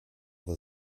the